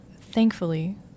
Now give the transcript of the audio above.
thankfully